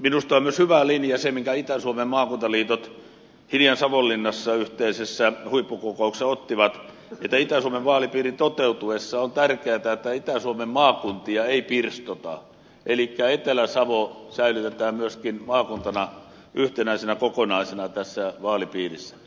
minusta on hyvä linja myös se minkä itä suomen maakuntaliitot hiljan savonlinnassa yhteisessä huippukokouksessa ottivat että itä suomen vaalipiirin toteutuessa on tärkeätä että itä suomen maakuntia ei pirstota elikkä etelä savo säilytetään myöskin yhtenäisenä ja kokonaisena maakuntana tässä vaalipiirissä